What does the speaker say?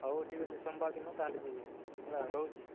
ହଉ ଠିକ୍ ଅଛି ସୋମବାର ଦିନ ତା'ହେଲେ ଯିବି ହେଲା ରହୁଛି